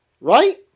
Right